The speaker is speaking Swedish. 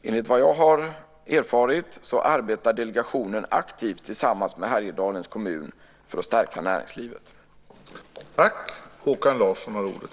Enligt vad jag har erfarit arbetar delegationen aktivt tillsammans med Härjedalens kommun för att stärka näringslivet.